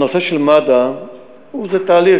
הנושא של מד"א, זה תהליך.